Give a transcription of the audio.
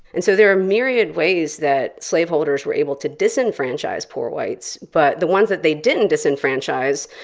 and so there are myriad ways that slaveholders were able to disenfranchise poor whites. but the ones that they didn't disenfranchise,